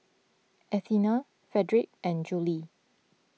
Athena Fredric and Judie